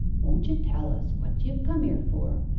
won't ye tell us what ye've come here for,